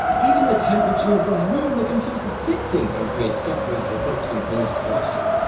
even the temperature of the room the computer sits in can create software hiccups and cause crashes.